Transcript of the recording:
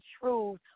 truth